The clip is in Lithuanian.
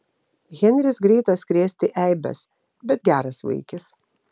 henris greitas krėsti eibes bet geras vaikis